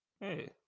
Hey